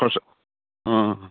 খৰচা অঁ